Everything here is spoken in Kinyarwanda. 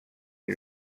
iri